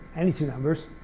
any two numbers,